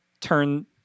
turn